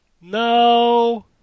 No